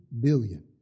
billion